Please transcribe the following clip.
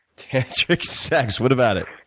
tantric sex. what about it?